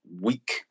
week